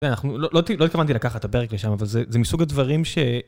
לא התכוונתי לקחת את הפרק לשם, אבל זה מסוג הדברים ש...